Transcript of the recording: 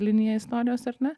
linija istorijos ar ne